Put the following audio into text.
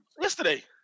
Yesterday